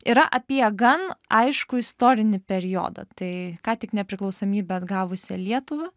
yra apie gan aiškų istorinį periodą tai ką tik nepriklausomybę atgavusią lietuvą